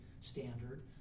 standard